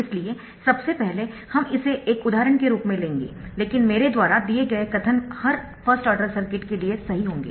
इसलिए सबसे पहले हम इसे एक उदाहरण के रूप में लेंगे लेकिन मेरे द्वारा दिए गए कथन हर फर्स्ट ऑर्डर सर्किट के लिए सही होंगे